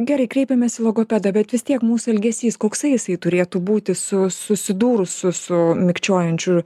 gerai kreipiamės į logopedą bet vis tiek mūsų elgesys koksai jisai turėtų būti su susidūrus su su mikčiojančiu